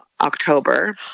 October